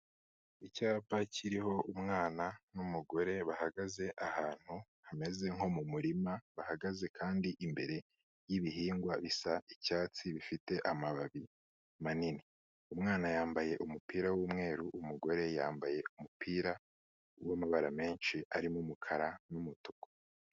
Icyapa kiriho umwana n'umugore bahagaze ahantu hameze nko mu murima bahagaze kandi imbere y'ibihingwa bisa icyatsi bifite amababi manini, umwana yambaye umupira w'umweru umugore yambaye umupira wamabara menshi arimo umukara n'umutuku.